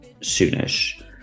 soonish